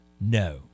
No